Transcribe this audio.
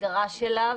נדרש אליו.